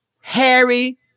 Harry